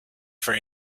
for